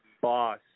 Boss